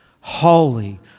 Holy